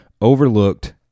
overlooked